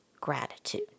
gratitude